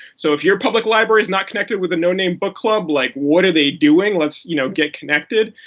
so if your public library is not connected with a noname book club, like, what are they doing? let's you know get connected!